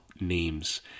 Names